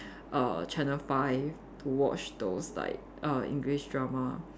err channel five to watch those like uh English drama